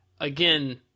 again